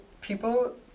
people